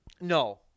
No